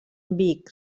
vic